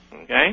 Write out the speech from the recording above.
okay